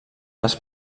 les